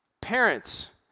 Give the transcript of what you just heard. Parents